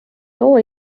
too